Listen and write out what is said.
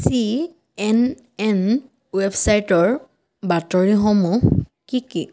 C N N ৱেবছাইটৰ বাতৰিসমূহ কি কি